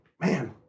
man